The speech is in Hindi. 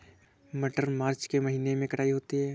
मटर मार्च के महीने कटाई होती है?